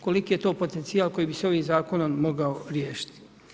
Koliki je to potencijal koji bi se ovim zakonom mogao riješiti.